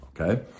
okay